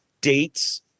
dates